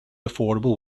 affordable